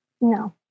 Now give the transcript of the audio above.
No